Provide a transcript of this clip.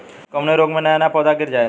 कवने रोग में नया नया पौधा गिर जयेला?